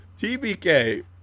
TBK